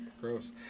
Gross